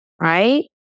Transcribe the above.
right